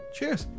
Cheers